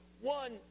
one